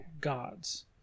gods